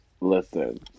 Listen